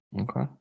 Okay